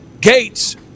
Gates